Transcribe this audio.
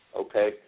Okay